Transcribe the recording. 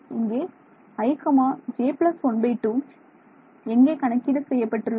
இங்கே i j 12 எங்கே கணக்கீடு செய்யப்பட்டுள்ளது